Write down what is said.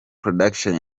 production